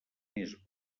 més